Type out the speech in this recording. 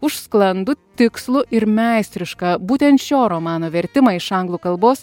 už sklandų tikslų ir meistrišką būtent šio romano vertimą iš anglų kalbos